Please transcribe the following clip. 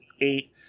eight